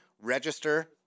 register